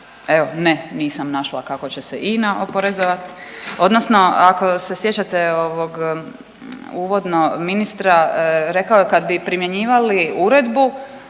evo ne nisam našla kako će se INA oporezovat odnosno ako se sjećate ovog uvodno ministra, rekao je kad bi primjenjivali uredbu